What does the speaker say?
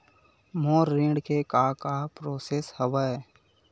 मोर ऋण के का का प्रोसेस हवय?